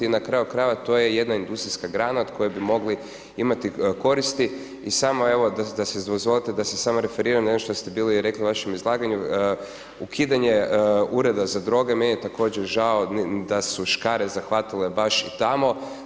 I na kraju krajeva to je jedna industrijska grana od koje bi mogli imati koristi i samo evo, dozvolite da se samo referiram na ono što ste bili rekli u vašem izlaganju, ukidanje Ureda za droge, meni je također žao da su škare zahvatile baš i tamo.